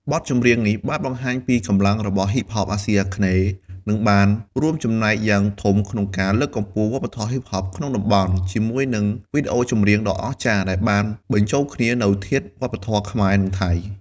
បទចម្រៀងនេះបានបង្ហាញពីកម្លាំងរបស់ហ៊ីបហបអាស៊ីអាគ្នេយ៍ និងបានរួមចំណែកយ៉ាងធំក្នុងការលើកកម្ពស់វប្បធម៌ហ៊ីបហបក្នុងតំបន់ ជាមួយនឹងវីដេអូចម្រៀងដ៏អស្ចារ្យដែលបានបញ្ចូលគ្នានូវធាតុវប្បធម៌ខ្មែរ និងថៃ។